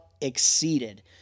exceeded